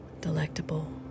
delectable